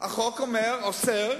החוק אוסר